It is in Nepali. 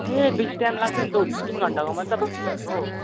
ए बेसी टाइम लाग्दैन त हो ए दुई तिन घन्टाको मतलब ट्रिप हो